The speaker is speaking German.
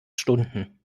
stunden